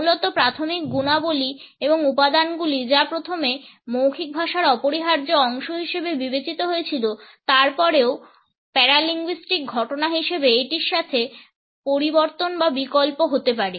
মূলত প্রাথমিক গুণাবলী এবং উপাদানগুলি যা প্রথমে মৌখিক ভাষার অপরিহার্য অংশ হিসাবে বিবেচিত হয়েছিল তারপরেও প্যারাভাষিক ঘটনা হিসাবে এটির সাথে পরিবর্তন বা বিকল্প হতে পারে